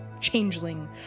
changeling